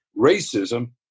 racism